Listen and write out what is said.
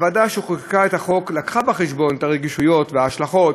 הוועדה שחוקקה את החוק הביאה בחשבון את הרגישויות וההשלכות